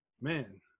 man